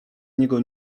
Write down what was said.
niego